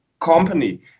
company